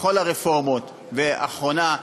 בכל הרפורמות, ואחרונה,